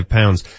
pounds